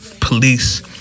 police